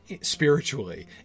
spiritually